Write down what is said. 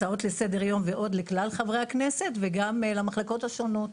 הצעות לסדר יום ועוד לכלל חברי הכנסת וגם למחלקות השונות.